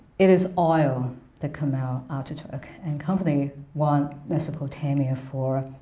it is oil that kemal ataturk and company want mesopotamia for,